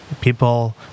People